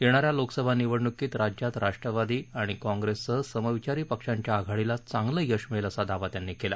येणा या लोकसभा निवडणुकीत राज्यात राष्ट्रवादी आणि काँप्रेससह समविचारी पक्षांच्या आघाडीला चांगलं यश मिळेल असा दावा त्यांनी केला